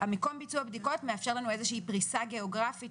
מקום ביצוע הבדיקות מאפשר לנו איזושהי פריסה גיאוגרפית,